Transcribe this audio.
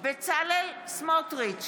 מאיר פרוש,